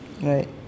Right